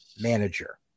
manager